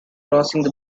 crossing